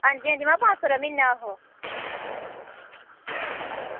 हां जी हां जी महां पंज सौ रपेआ म्हीना आहो